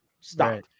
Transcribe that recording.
stop